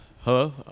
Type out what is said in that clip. Hello